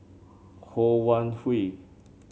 Ho Wan Hui